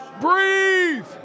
Breathe